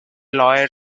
lawyer